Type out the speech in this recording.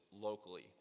locally